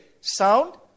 sound